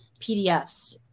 PDFs